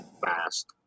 fast